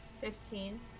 Fifteen